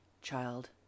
child